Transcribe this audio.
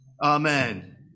amen